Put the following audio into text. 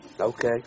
Okay